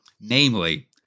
namely